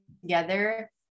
together